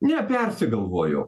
ne persigalvojau